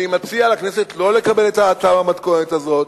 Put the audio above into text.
אני מציע לכנסת לא לקבל את הצעת החוק במתכונת הזו,